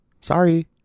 Sorry